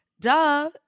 Duh